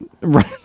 right